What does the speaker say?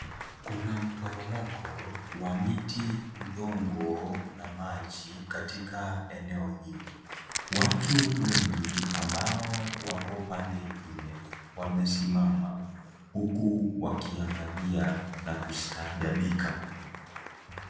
Kuna mporomoko, wa miti, udongo na maji katika eneo hili. Watu wengi, ambao wako pande ingine wamesimama, huku wakiangalia na kustaajabika.